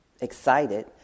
Excited